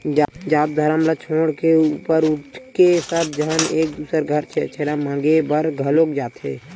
जात धरम ल छोड़ के ऊपर उठके सब झन एक दूसर घर छेरछेरा मागे बर घलोक जाथे